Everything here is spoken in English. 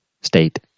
state